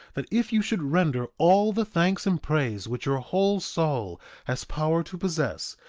that if you should render all the thanks and praise which your whole soul has power to possess,